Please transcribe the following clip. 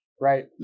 right